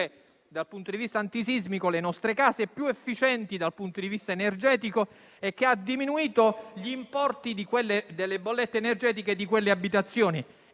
dal punto di vista antisismico e più efficienti dal punto di vista energetico, ha diminuito gli importi delle bollette energetiche di quelle abitazioni